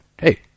hey